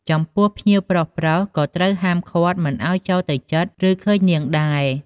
ចំពោះ ភ្ញៀវប្រុសៗ ក៏ត្រូវបានហាមឃាត់មិនឱ្យចូលទៅជិត ឬឃើញនាងដែរ។